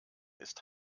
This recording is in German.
ist